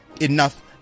enough